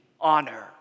honor